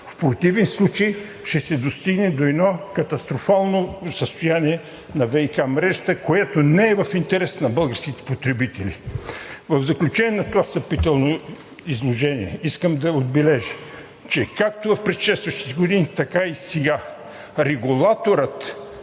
В противен случай ще се достигне до едно катастрофално състояние на ВиК мрежата, което не е в интерес на българските потребители. В заключение на това встъпително изложение искам да отбележа, че както в предшестващите години, така и сега регулаторът